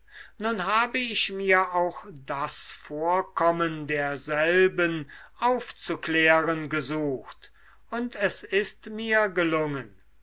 nun habe ich mir auch das vorkommen derselben aufzuklären gesucht und es ist mir gelungen